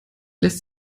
lässt